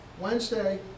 Wednesday